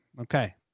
Okay